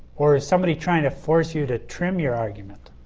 or is somebody trying to force you to trim your argument